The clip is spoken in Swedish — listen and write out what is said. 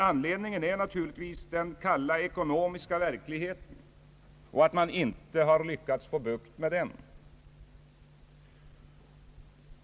Anledningen är naturligtvis den kalla ekonomiska verkligheten och att man inte har lyckats få bukt med den.